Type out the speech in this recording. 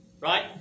Right